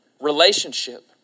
relationship